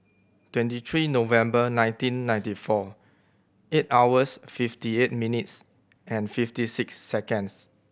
twenty three November nineteen ninety four eight hours fifty eight minutes and fifty six seconds